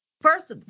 first